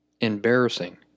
embarrassing